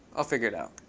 i'll figure it out.